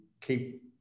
keep